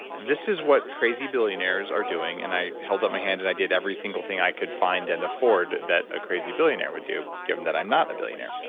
this is what crazy billionaires are doing. and i held up my hand and i did every single thing i could find and afford that a crazy billionaire would do given that i'm not a billionaire.